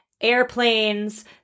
airplanes